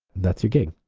that's your gig.